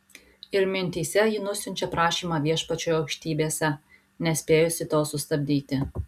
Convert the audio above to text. ir mintyse ji nusiunčia prašymą viešpačiui aukštybėse nespėjusi to sustabdyti